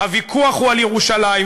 הוויכוח הוא על ירושלים.